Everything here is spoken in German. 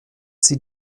sie